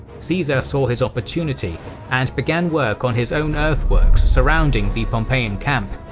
caesar saw his opportunity and began work on his own earthworks surrounding the pompeian camp,